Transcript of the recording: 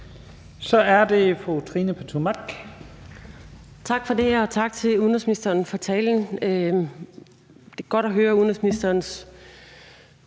Pertou Mach (EL): Tak for det, og tak til udenrigsministeren for talen. Det er godt at høre udenrigsministerens